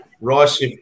rice